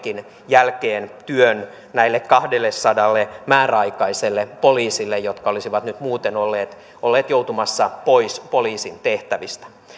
jälkeenkin työn näille kahdellesadalle määräaikaiselle poliisille jotka olisivat nyt muuten olleet olleet joutumassa pois poliisin tehtävistä